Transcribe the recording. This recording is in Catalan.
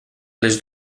les